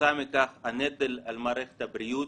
וכתוצאה מכך הנטל על מערכת הבריאות,